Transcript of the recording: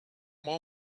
more